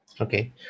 Okay